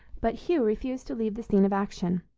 but hugh refused to leave the scene of action.